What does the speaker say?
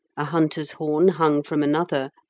a hunter's horn hung from another,